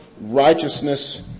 righteousness